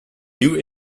new